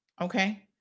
Okay